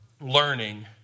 learning